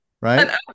Right